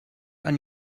ein